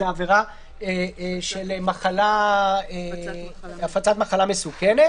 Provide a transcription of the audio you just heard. זו עבירה של מחלה --- הפצת מחלה מסוכנת.